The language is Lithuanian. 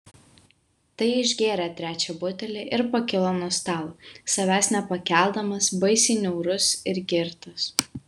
tai išgėrė trečią butelį ir pakilo nuo stalo savęs nepakeldamas baisiai niaurus ir girtas